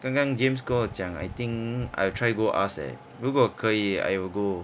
刚刚 james 跟我讲 I think I'll try go ask eh 如果可以 I will go